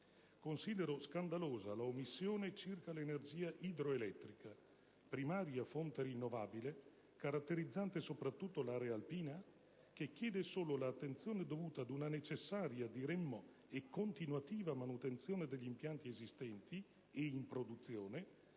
Considero scandalosa la omissione circa l'energia idroelettrica, primaria fonte rinnovabile, caratterizzante soprattutto l'area alpina, che chiede solo l'attenzione dovuta ad una necessaria - diremmo - e continuativa manutenzione degli impianti esistenti e in produzione,